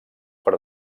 per